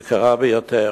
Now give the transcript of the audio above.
יקר ביותר.